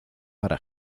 para